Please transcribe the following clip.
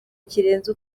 kirenze